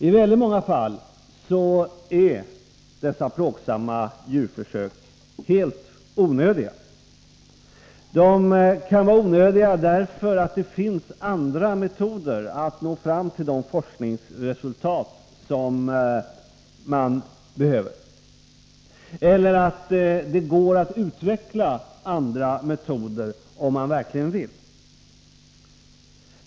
I väldigt många fall är plågsamma djurförsök helt onödiga. De kan vara onödiga därför att det finns andra metoder att nå fram till de forskningsresultat som behövs eller därför att det går att utveckla andra metoder om man verkligen vill.